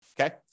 Okay